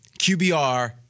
QBR